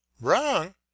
WRONG